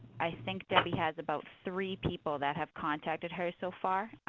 i think debbie has about three people that have contacted her so far.